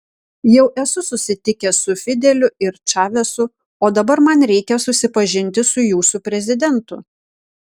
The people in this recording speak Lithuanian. jau esu susitikęs su fideliu ir čavesu o dabar man reikia susipažinti su jūsų prezidentu